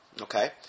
okay